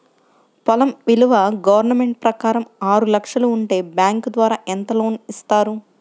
పొలం విలువ గవర్నమెంట్ ప్రకారం ఆరు లక్షలు ఉంటే బ్యాంకు ద్వారా ఎంత లోన్ ఇస్తారు?